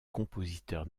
compositeur